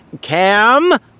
Cam